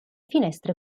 finestre